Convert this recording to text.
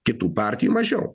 kitų partijų mažiau